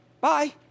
bye